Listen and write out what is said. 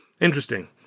Interesting